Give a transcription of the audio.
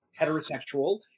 heterosexual